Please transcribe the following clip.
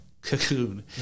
cocoon